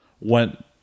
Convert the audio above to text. went